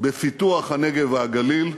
בפיתוח הנגב והגליל,